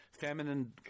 feminine